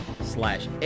slash